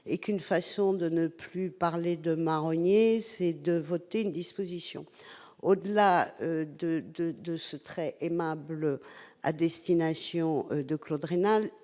et qu'une façon de ne plus parler de marronniers, c'est de voter une disposition au-delà de de de ce très aimable à destination de Claude rénal,